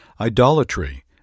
idolatry